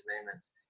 moments